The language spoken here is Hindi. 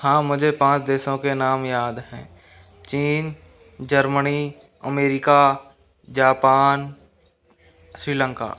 हाँ मुझे पाँच देशों नाम याद हैं चीन जर्मनी अमेरिका जापान श्रीलंका